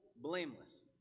blameless